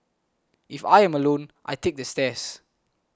if I am alone I take the stairs